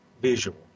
visual